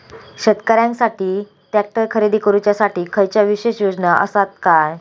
शेतकऱ्यांकसाठी ट्रॅक्टर खरेदी करुच्या साठी खयच्या विशेष योजना असात काय?